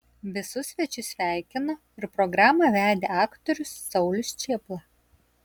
visus svečius sveikino ir programą vedė aktorius saulius čėpla